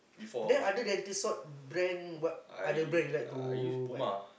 then other than this what brand what other brand you like to buy